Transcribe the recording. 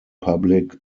public